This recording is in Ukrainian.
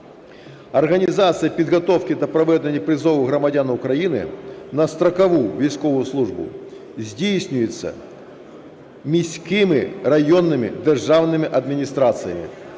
організація підготовки та проведення призову громадян України на строкову військову службу здійснюється міськими районними державними адміністраціями,